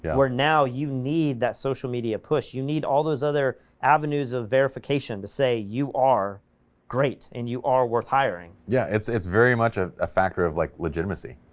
yeah where now you need that social media push, you need all those other avenues of verification to say you are great, and you are worth hiring, yeah, it's, it's very much a ah factor of like legitimacy,